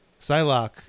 Psylocke